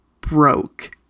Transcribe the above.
broke